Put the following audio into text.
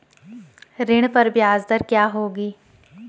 ऋण पर ब्याज दर क्या होगी?